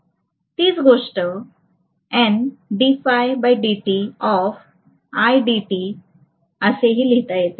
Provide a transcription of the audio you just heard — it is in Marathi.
तीच गोष्ट असेही लिहिता येते